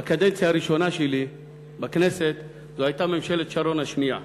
בקדנציה הראשונה שלי בכנסת זו הייתה ממשלת שרון השנייה,